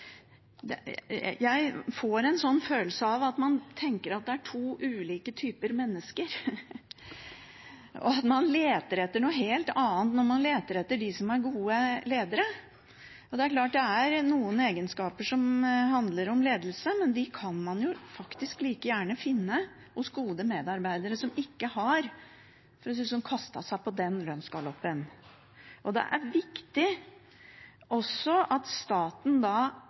forvaltning. Jeg får en følelse av at man tenker det er to typer mennesker, og at man leter etter noe helt annet når man leter etter gode ledere. Det er klart at noen egenskaper handler om ledelse, men de kan man like gjerne finne hos gode medarbeidere som ikke har kastet seg på lønnsgaloppen. Det er viktig at staten